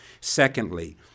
Secondly